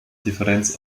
differenz